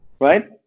right